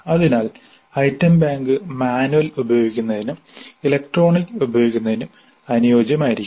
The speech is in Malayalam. അതിനാൽ ഐറ്റം ബാങ്ക് മാനുവൽ ഉപയോഗത്തിനും ഇലക്ട്രോണിക് ഉപയോഗത്തിനും അനുയോജ്യമായിരിക്കണം